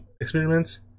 experiments